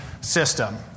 system